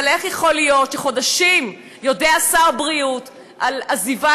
אבל איך יכול להיות שחודשים יודע שר בריאות על עזיבה